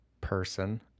person